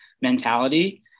mentality